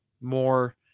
more